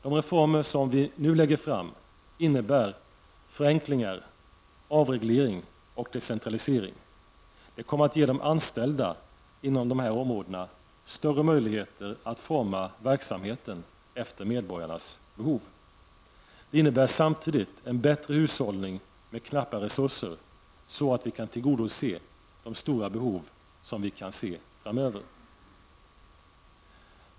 De reformer som vi nu lägger fram innebär förenklingar, avreglering och decentralisering. Det kommer att ge de anställda inom dessa områden större möjligheter att forma verksamheten efter medborgarnas behov. Det innebär samtidigt en bättre hushållning med knappa resurser, så att vi kan tillgodose de stora behov som vi kan se framöver.